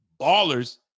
Ballers